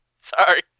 Sorry